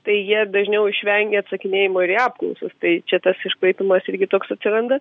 tai jie dažniau išvengia atsakinėjimo ir į apklausas tai čia tas iškraipymas irgi toks atsiranda